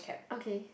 okay